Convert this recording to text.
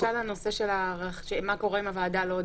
למשל הנושא של מה קורה אם הוועדה לא דנה,